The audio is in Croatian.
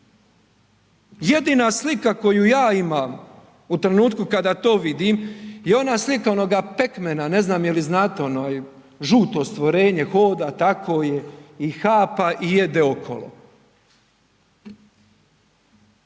Jedina slika koju ja imam u trenutku kada to vidim je ona slika onoga pekmena, ne znam je li znate, onaj žuto stvorenje hoda, tako je i hapa i jede okolo,